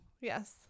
Yes